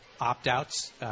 opt-outs